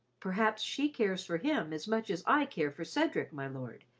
perhaps she cares for him as much as i care for cedric, my lord,